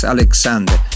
Alexander